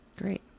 Great